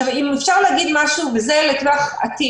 אם אפשר להגיד משהו, וזה לטווח עתיד.